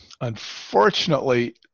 unfortunately